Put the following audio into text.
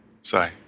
Sorry